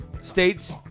states